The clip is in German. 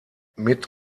mit